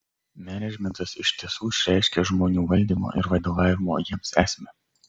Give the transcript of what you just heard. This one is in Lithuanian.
menedžmentas iš tiesų išreiškia žmonių valdymo ir vadovavimo jiems esmę